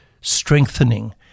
strengthening